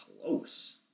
close